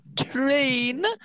train